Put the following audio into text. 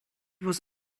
was